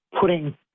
putting